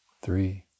three